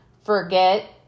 forget